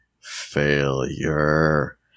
failure